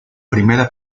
primera